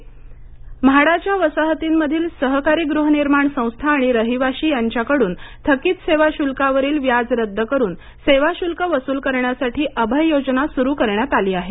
मासावकर म्हाडाच्या वसाहतींमधील सहकारी गृहनिर्माण संस्था आणि रहिवाशी यांच्याकडून थकीत सेवाशुल्कावरील व्याज रद्द करून सेवाशुल्क वसुल करण्यासाठी अभय योजना सुरु करण्यात आली आहे